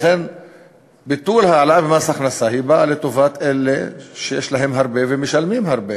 לכן ביטול העלאה של מס הכנסה בא לטובת אלה שיש להם הרבה ומשלמים הרבה.